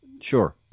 Sure